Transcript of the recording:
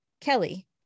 Kelly